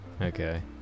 Okay